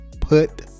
put